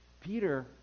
Peter